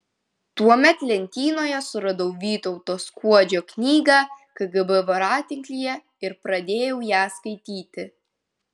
tuomet lentynoje suradau vytauto skuodžio knygą kgb voratinklyje ir pradėjau ją skaityti